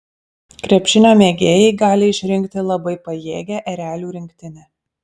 krepšinio mėgėjai gali išrinkti labai pajėgią erelių rinktinę